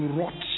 rot